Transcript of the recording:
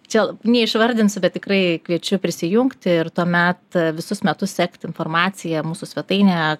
čia neišvardinsiu bet tikrai kviečiu prisijungti ir tuomet visus metus sekti informaciją mūsų svetainėje